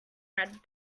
red